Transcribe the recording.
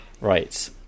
right